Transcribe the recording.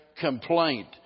complaint